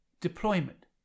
deployment